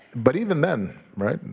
but even then, right? and